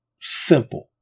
simple